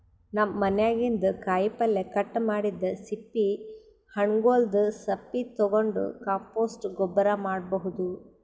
ನಮ್ ಮನ್ಯಾಗಿನ್ದ್ ಕಾಯಿಪಲ್ಯ ಕಟ್ ಮಾಡಿದ್ದ್ ಸಿಪ್ಪಿ ಹಣ್ಣ್ಗೊಲ್ದ್ ಸಪ್ಪಿ ತಗೊಂಡ್ ಕಾಂಪೋಸ್ಟ್ ಗೊಬ್ಬರ್ ಮಾಡ್ಭೌದು